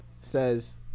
says